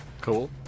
Cool